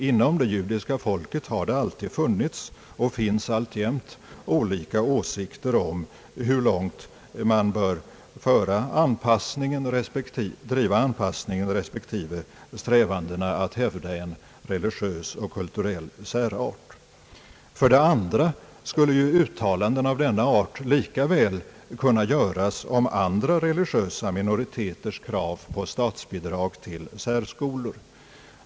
Inom det judiska folket har det alltid funnits och finns alltjämt olika åsikter om hur långt man bör driva anpassningen respektive strävandena att hävda religiös och kulturell särart. För det andra skulle ju uttalanden av denna art lika väl kunna göras om andra religiösa minoriteters krav på siatsbidrag till särskolor.